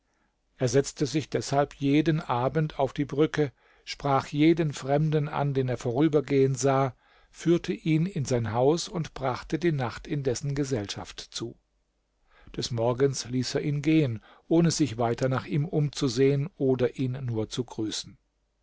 er setzte sich deshalb jeden abend auf die brücke sprach jeden fremden an den er vorübergehen sah führte ihn in sein haus und brachte die nacht in dessen gesellschaft zu des morgens ließ er ihn gehen ohne sich weiter nach ihm umzusehen oder ihn nur zu grüßen